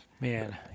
Man